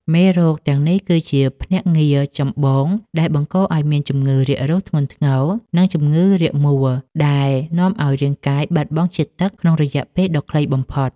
មេរោគទាំងនេះគឺជាភ្នាក់ងារចម្បងដែលបង្កឱ្យមានជំងឺរាគរូសធ្ងន់ធ្ងរ និងជំងឺរាគមួល ដែលនាំឱ្យរាងកាយបាត់បង់ជាតិទឹកក្នុងរយៈពេលដ៏ខ្លីបំផុត។